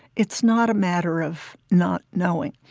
it's not a matter of not knowing,